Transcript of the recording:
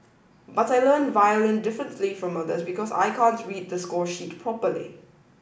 but I learn violin differently from others because I can't read the score sheet properly